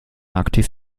aktiv